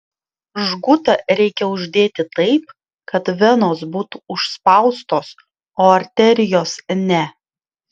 žgutą reikia uždėti taip kad venos būtų užspaustos o arterijos ne